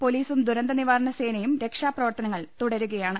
പൊലീസും ദുരന്ത നിവാരണ സേനയും രക്ഷാപ്രവർത്ത നങ്ങൾ തുടരുകയാണ്